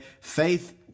faith